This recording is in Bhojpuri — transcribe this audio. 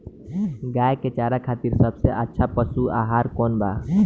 गाय के चारा खातिर सबसे अच्छा पशु आहार कौन बा?